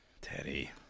Teddy